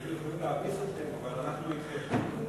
היינו יכולים להביס אתכם, אבל אנחנו אתכם.